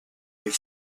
est